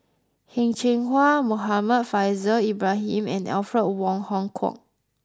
Heng Cheng Hwa Muhammad Faishal Ibrahim and Alfred Wong Hong Kwok